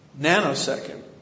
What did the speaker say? nanosecond